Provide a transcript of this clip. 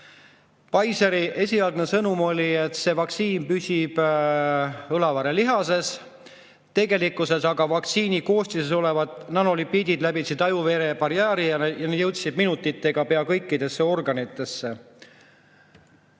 Pfizeri esialgne sõnum oli, et see vaktsiin püsib õlavarrelihases, tegelikkuses aga vaktsiini koostises olevad nanolipiidid läbisid [vere-aju] barjääri ja jõudsid minutitega pea kõikidesse organitesse.